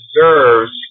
deserves